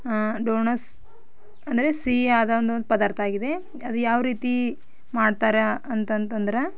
ಹಾಂ ಡೋಣಸ್ ಅಂದರೆ ಸಿಹಿಯಾದ ಒಂದು ಪದಾರ್ಥ ಆಗಿದೆ ಅದು ಯಾವ ರೀತಿ ಮಾಡ್ತಾರೆ ಅಂತಂದ್ರೆ